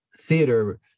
theater